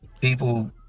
people